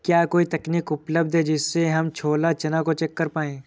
क्या कोई तकनीक उपलब्ध है जिससे हम छोला चना को चेक कर पाए?